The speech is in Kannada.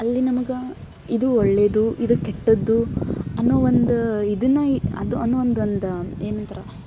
ಅಲ್ಲಿ ನಮ್ಗೆ ಇದು ಒಳ್ಳೆಯದು ಇದು ಕೆಟ್ಟದ್ದು ಅನ್ನೋ ಒಂದು ಇದನ್ನು ಅದು ಅನ್ನೋ ಒಂದು ಒಂದು ಏನಂತಾರೆ